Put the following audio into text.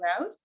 out